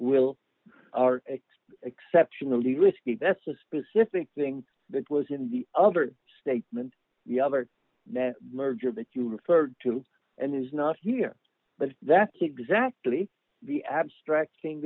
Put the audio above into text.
will are exceptionally risky that's a specific thing that was in the other statement the other merger that you referred to and is not here but that's exactly the abstract thing